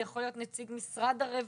זה יכול להיות נציג משרד הרווחה,